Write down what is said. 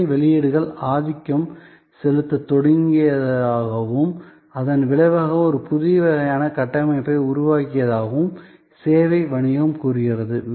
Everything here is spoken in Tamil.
சேவை வெளியீடுகள் ஆதிக்கம் செலுத்தத் தொடங்கியதாகவும் அதன் விளைவாக ஒரு புதிய வகையான கட்டமைப்பை உருவாக்கியதாகவும் சேவை வணிகம் கூறுகிறது